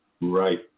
Right